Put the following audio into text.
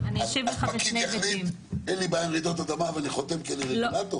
אז פקיד יחליט: אין לי בעיה עם רעידות אדמה ואני חותם כי אני רגולטור?